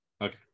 Okay